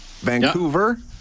Vancouver